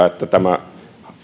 että tämä